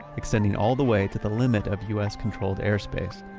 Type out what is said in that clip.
extending all the way to the limit of us-controlled airspace.